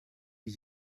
die